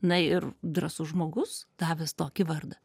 na ir drąsus žmogus davęs tokį vardą